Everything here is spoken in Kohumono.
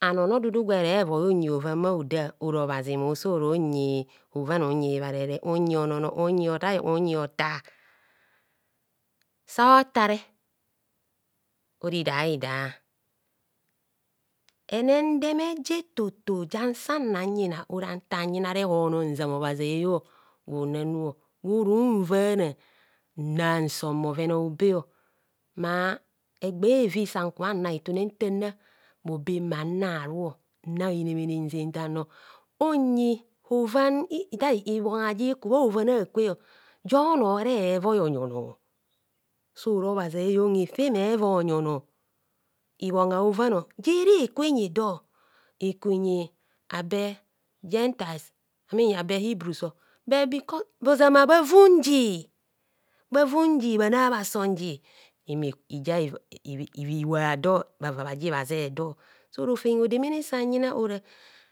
an ono dudu gwere voi unyi hovan bhoda ora obhazi mo so runyi ovan unyi hibharere unyi ononor unyi ononor unyi hotaio unyi hotar sahotare ora hidahida henendeme eja etoto jansan nan nyina ora nta nyina rehorna nzama obhazi a'yon gwonangwo run vana nna nsong bhoven a'obe mar egbe evi san kubho nan itune ntana bhobe mmanaru nna inemene nzen nor unyi hovandar is ibhongha ji kubha hovan akweo jo onor ere voi onyi onor so ra obhazi e'eyon efe mevoi onyi onor ibhongha a'hovan jiriku inyidor iku inyi abe gentais amin abe hebruso bur bkos ozama bhavum ji bhavum ji bhana bhason ji imi jia iri wa dor bhava ji bhaze do so rofem odemene sanyina ora